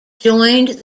joined